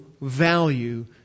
value